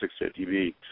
650B